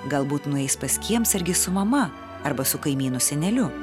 galbūt nueis pas kiemsargį su mama arba su kaimynu seneliu